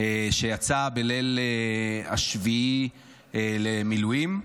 שיצא בליל 7 באוקטובר למילואים,